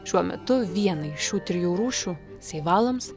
šiuo metu vienai iš šių trijų rūšių seivalams